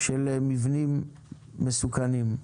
של מבנים מסוכנים.